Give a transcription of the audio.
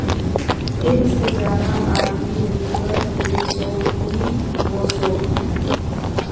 एक से ज्यादा आदमी व्यक्तिगत निवेसोत नि वोसोह